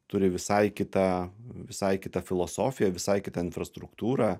turi visai kitą visai kitą filosofiją visai kitą infrastruktūrą